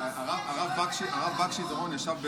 הרב בקשי דורון ישב --- רגע,